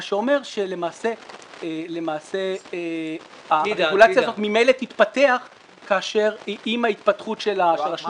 מה שאומר למעשה שהרגולציה הזאת ממילא תתפתח עם ההתפתחות של השוק הזה.